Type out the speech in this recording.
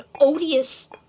odious